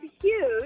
huge